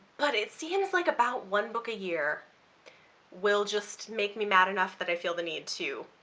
but it seems like about one book a year will just make me mad enough that i feel the need to